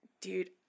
Dude